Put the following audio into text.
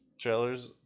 trailers